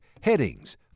headings